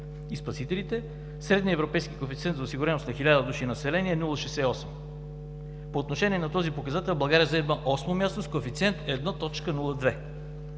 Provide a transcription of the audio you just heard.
и спасителите, средният европейски коефициент за осигуреност на 1000 души население е 0,68. По отношение на този показател България заема осмо място с коефициент 1.02